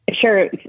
Sure